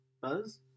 buzz